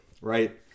right